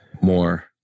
more